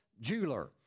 jeweler